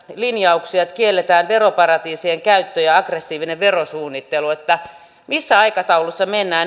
linjauksia että kielletään veroparatiisien käyttö ja aggressiivinen verosuunnittelu missä aikataulussa mennään